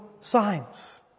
signs